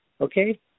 okay